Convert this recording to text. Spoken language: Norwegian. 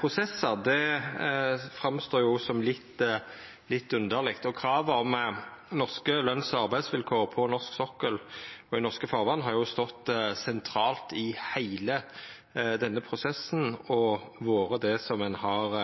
prosessar. Det står fram som litt underleg. Krava om norske løns- og arbeidsvilkår på norsk sokkel og i norske farvatn har jo stått sentralt i heile denne prosessen og vore det som ein har